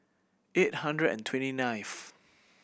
eight hundred and twenty ninth